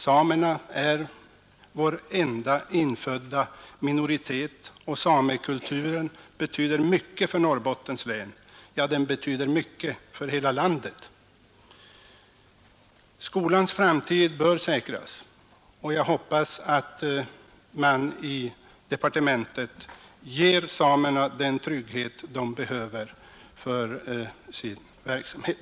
Samerna är vår enda infödda minoritet och samekulturen betyder mycket för Norrbottens län, ja, mycket för hela landet. Skolans framtid bör säkras, och jag hoppas att man i departementet ger samerna den trygghet de behöver för sin verksamhet.